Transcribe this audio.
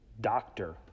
Doctor